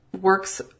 works